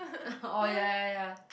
orh ya ya ya